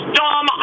dumb